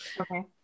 Okay